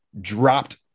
dropped